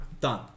Done